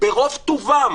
ברוב טובם